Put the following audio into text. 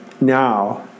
now